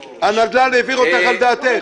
הנדל"ן העביר אותך על דעתך.